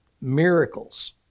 miracles